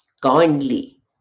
kindly